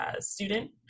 student